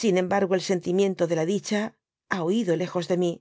sin embargo el sentimiento de la dicha ha huido lejos de mi